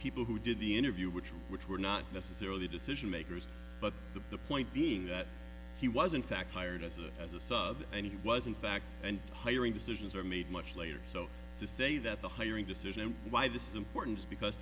people who did the interview which was which were not necessarily decision makers but the point being that he was in fact hired as a as a sub and he was in fact and hiring decisions are made much later so to say that the hiring decision why this is important is because